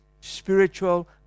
spiritual